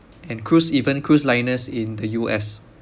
and cruise even cruise lines in the U_S